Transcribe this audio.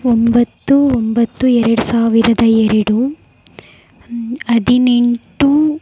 ಒಂಬತ್ತು ಒಂಬತ್ತು ಎರಡು ಸಾವಿರದ ಎರಡು ಹದಿನೆಂಟು